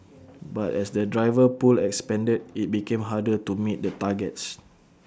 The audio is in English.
but as the driver pool expanded IT became harder to meet the targets